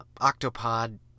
Octopod